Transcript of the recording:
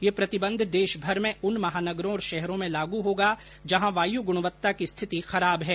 यह प्रतिबंध देशभर में उन महानगरों और शहरों में लागू होगा जहां वायु गुणवत्ता की स्थिति खराब है